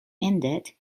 ended